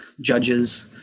judges